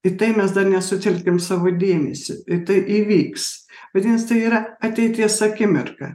į tai mes dar nesutelkėm savo dėmesio ir tai įvyks vadinasi tai yra ateities akimirka